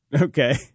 okay